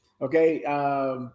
Okay